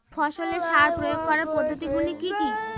ফসলের সার প্রয়োগ করার পদ্ধতি গুলো কি কি?